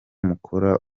mukora